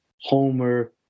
Homer